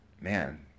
man